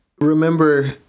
remember